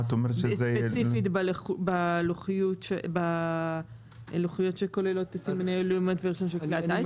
שזה ספציפית בלוחיות שכוללות את סימני לאומיות ורישום של כלי הטייס,